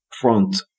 front